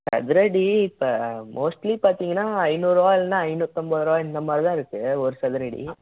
சதுர அடி இப்போ மோஸ்ட்லி பார்த்தீங்கன்னா ஐந்நூறுபா இல்லைன்னா ஐந்நூற்றம்பதுரூவா இந்த மாதிரி தான் இருக்குது ஒரு சதுர அடி